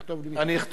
אני אכתוב, בהחלט.